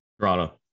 Toronto